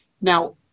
now